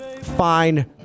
Fine